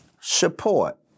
support